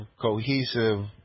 cohesive